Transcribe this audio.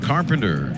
Carpenter